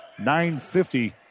9.50